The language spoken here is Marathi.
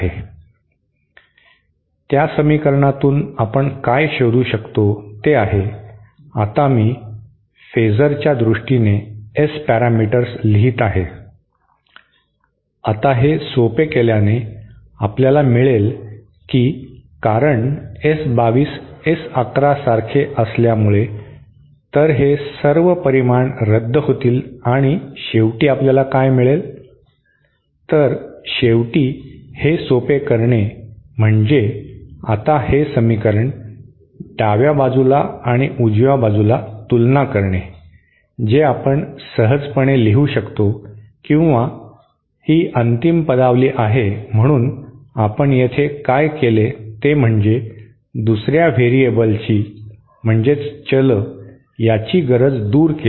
त्या समीकरणातून आपण काय शोधू शकतो ते आहे आता मी फेसरच्या दृष्टीने S पॅरामीटर्स लिहित आहे आता हे सोपे केल्याने आपल्याला मिळेल की कारण S 2 2 S 1 1 सारखे असल्यामुळे तर हे सर्व परिमाण रद्द होतील आणि शेवटी आपल्याला काय मिळेल तर शेवटी हे सोपे करणे म्हणजे आता हे समीकरण डाव्या बाजूला आणि उजव्या बाजूला तुलना करणे जे आपण सहजपणे लिहू शकतो किंवा हे अंतिम पदावली आहे म्हणून आपण येथे काय केले ते म्हणजे दुसर्या व्हेरिएबलची म्हणजे चल याची गरज दूर केली